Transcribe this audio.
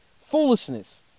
foolishness